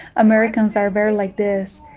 americans are very like this.